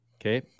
Okay